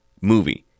movie